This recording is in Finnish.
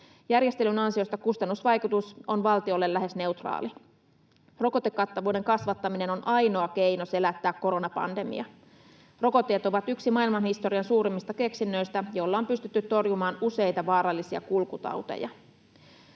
Järjestelyn ansiosta kustannusvaikutus on valtiolle lähes neutraali. Rokotekattavuuden kasvattaminen on ainoa keino selättää koronapandemia. Rokotteet ovat yksi maailmanhistorian suurimmista keksinnöistä, joilla on pystytty torjumaan useita vaarallisia kulkutauteja.